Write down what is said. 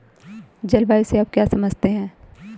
जलवायु से आप क्या समझते हैं?